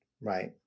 Right